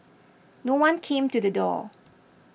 no one came to the door